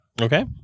Okay